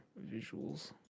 visuals